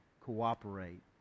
cooperate